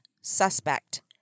suspect